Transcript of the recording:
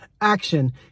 action